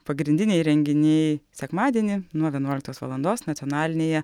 pagrindiniai renginiai sekmadienį nuo vienuoliktos valandos nacionalinėje